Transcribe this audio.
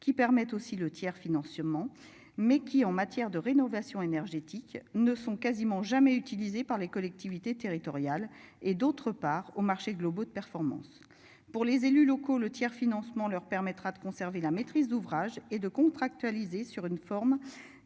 qui permet aussi le tiers financièrement mais qui, en matière de rénovation énergétique ne sont quasiment jamais utilisé par les collectivités territoriales et d'autre part aux marchés globaux de performance pour les élus locaux le tiers-financement leur permettra de conserver la maîtrise d'ouvrage et de contractualiser sur une forme